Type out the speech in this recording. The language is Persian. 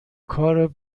کارو